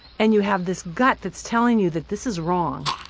and you have this gut that's telling you that this is wrong.